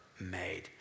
made